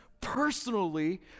personally